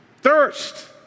Thirst